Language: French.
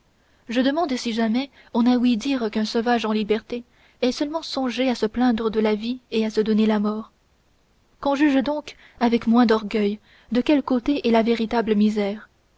je demande si jamais on a ouï dire qu'un sauvage en liberté ait seulement songé à se plaindre de la vie et à se donner la mort qu'on juge donc avec moins d'orgueil de quel côté est la véritable misère